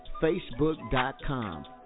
facebook.com